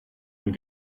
and